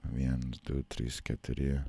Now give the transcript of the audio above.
viens du trys keturi